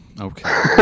Okay